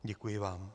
Děkuji vám.